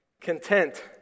content